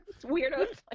weirdos